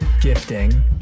gifting